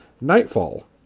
Nightfall